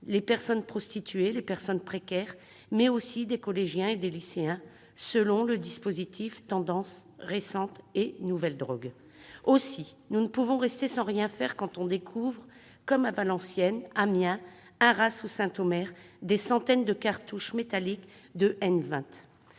les personnes prostituées, les personnes précaires, mais aussi des collégiens et des lycéens, selon le dispositif Tendances récentes et nouvelles drogues. Aussi, nous ne pouvons rester sans rien faire quand on découvre- c'est le cas à Valenciennes, à Amiens, à Arras ou à Saint-Omer -des centaines de cartouches métalliques de N2O.